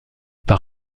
par